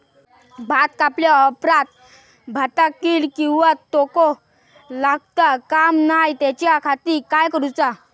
भात कापल्या ऑप्रात भाताक कीड किंवा तोको लगता काम नाय त्याच्या खाती काय करुचा?